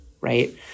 right